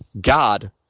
God